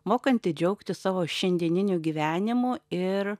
mokanti džiaugtis savo šiandieniniu gyvenimu ir